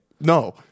No